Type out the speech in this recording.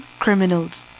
criminals